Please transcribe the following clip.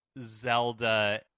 Zelda-